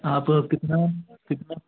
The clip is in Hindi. आप कितना कितना